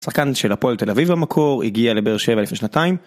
שחקן של הפועל תל אביב המקור הגיע לבאר שבע לפני שנתיים.